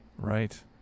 Right